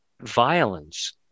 violence